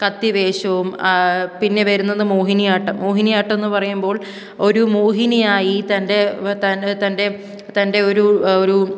കത്തി വേഷവും പിന്നെ വരുന്നത് മോഹിനിയാട്ടം മോഹിനിയാട്ടമെന്ന് പറയുമ്പോൾ ഒരു മോഹിനിയായി തൻ്റെ തൻ തൻ്റെ തൻ്റെ ഒരു ഒരു